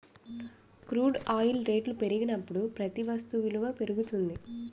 crude oil రేట్లు పెరిగినప్పుడు ప్రతి వస్తు విలువ పెరుగుతుంది